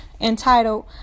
entitled